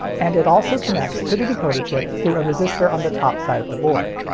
and it also connects to the decoder chip through a resistor on the top side of the board.